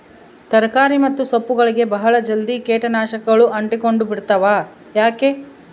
ತರಕಾರಿ ಮತ್ತು ಸೊಪ್ಪುಗಳಗೆ ಬಹಳ ಜಲ್ದಿ ಕೇಟ ನಾಶಕಗಳು ಅಂಟಿಕೊಂಡ ಬಿಡ್ತವಾ ಯಾಕೆ?